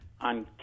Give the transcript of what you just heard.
on